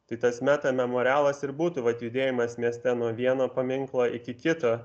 tai tas meta memorialas ir būtų vat judėjimas mieste nuo vieno paminklo iki kito